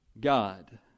God